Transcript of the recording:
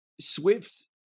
swift